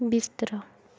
बिस्तरा